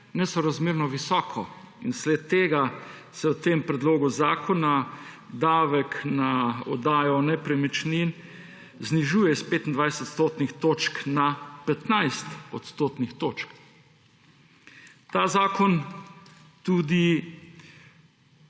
nesorazmerno visoko, in vsled tega se v tem predlogu zakona davek na oddajo nepremičnin znižuje s 25 odstotnih točk na 15 odstotnih točk. Ta zakon se